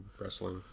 wrestling